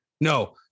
no